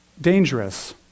dangerous